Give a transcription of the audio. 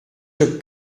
your